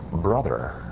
Brother